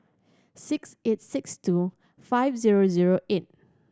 six eight six two five zero zero eight